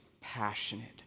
passionate